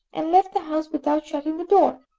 and left the house without shutting the door.